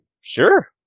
sure